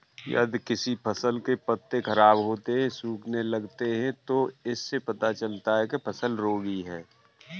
यदि किसी फसल के पत्ते खराब होते हैं, सूखने लगते हैं तो इससे पता चलता है कि फसल रोगी है